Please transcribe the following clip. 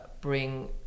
bring